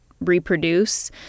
reproduce